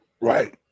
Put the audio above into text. Right